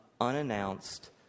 unannounced